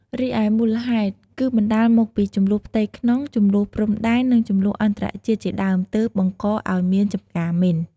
រីឯមូលហេតុ គឺបណ្តាលមកពី ជម្លោះផ្ទៃក្នុង ជម្លោះព្រំដែន និងជម្លោះអន្តរជាតិជាដើម ទើបបង្ករឲ្យមានចំការមីន។